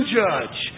judge